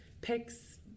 picks